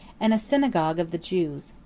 and a synagogue of the jews.